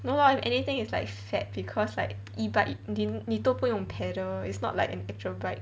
no lor if anything it's like fat because like E bike 你都不用 pedal is not like an actual bike